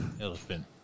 Elephant